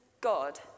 God